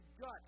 gut